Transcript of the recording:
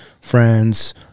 friends